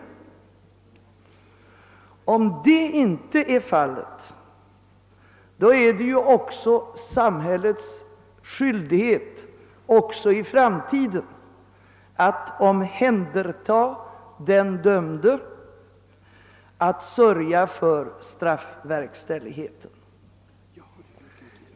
Om det inte är fallet, är det samhällets skyldighet även i framtiden att omhänderta den dömde, att sörja för straffverkställigheten.